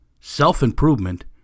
self-improvement